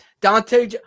Dante